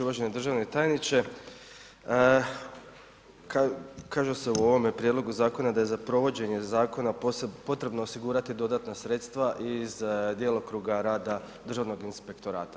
Uvaženi državni tajniče, kaže se u ovome prijedlogu zakona da je za provođenje zakona potrebno osigurati dodatna sredstva iz djelokruga rada državnog inspektorata.